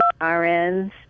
RNs